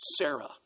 Sarah